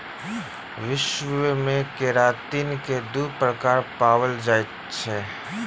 विश्व मे केरातिन के दू प्रकार पाओल जाइत अछि